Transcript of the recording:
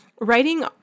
writing